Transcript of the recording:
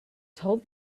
told